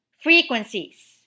frequencies